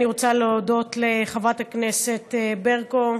אני רוצה להודות לחברת הכנסת ברקו,